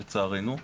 לצערנו,